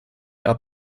are